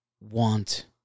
want